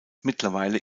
mittlerweile